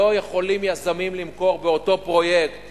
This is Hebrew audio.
לא יכולים יזמים למכור באותו פרויקט